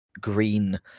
green